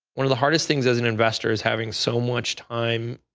one of the hardest things as an investor is having so much time,